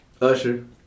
Usher